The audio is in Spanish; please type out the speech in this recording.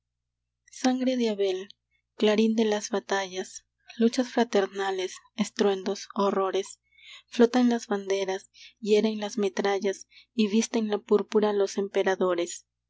sangre de abel clarín de las batallas luchas fraternales estruendos horrores flotan las banderas hieren las metrallas y visten la púrpura los emperadores